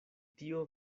tio